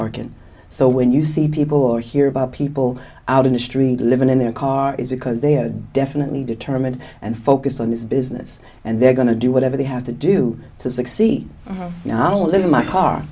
working so when you see people or hear about people out in the street living in their car is because they are definitely determined and focused on this business and they're going to do whatever they have to do to succeed now live in my car